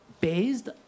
Based